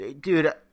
dude